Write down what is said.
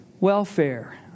welfare